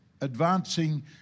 advancing